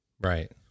right